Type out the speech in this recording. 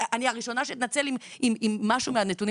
אני הראשונה שאתנצל אם משהו מהנתונים